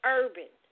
urban